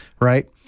Right